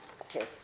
okay